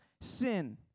sin